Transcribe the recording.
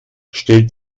stellt